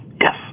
Yes